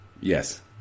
Yes